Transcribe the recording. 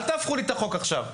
אל תהפכו לי את החוק עכשיו.